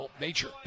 nature